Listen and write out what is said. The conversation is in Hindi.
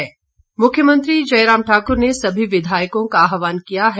वक्तव्य मुख्यमंत्री मुख्यमंत्री जयराम ठाकुर ने सभी विधायकों का आहवान किया है